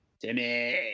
Timmy